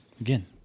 again